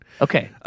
Okay